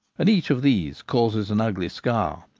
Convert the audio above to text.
and each of these causes an ugly scar.